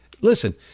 Listen